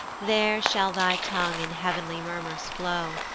there shall thy tongue in heav'nly murmurs flow,